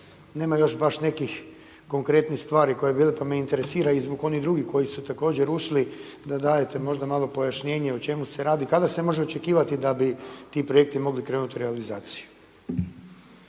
nema još baš nekih konkretnih stvari … pa me interesira i zbog onih drugih koji su također ušli da dadete možda malo pojašnjenje o čemu se radi? Kada se može očekivati da bi ti projekti mogli krenuti u realizaciju?